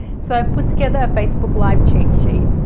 so i've put together a facebook live cheat sheet.